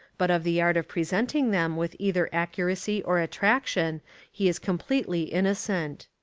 but of the art of presenting them with either accuracy or attraction he is completely inno cent.